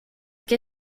que